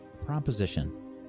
proposition